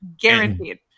guaranteed